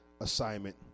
assignment